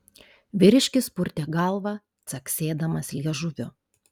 vyriškis purtė galvą caksėdamas liežuviu